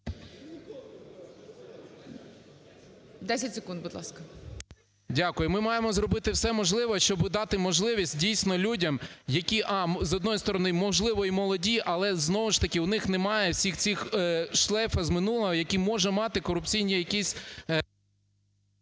Дякую. Ми маємо зробити все можливе, щоб дати можливість, дійсно, людям, які: а) з одної сторони, можливо, й молоді, але знову ж таки в них немає всіх цих шлейфів з минулого, які може мати корупційні якісь...